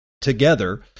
Together